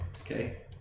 Okay